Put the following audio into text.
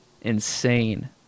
insane